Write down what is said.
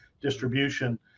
distribution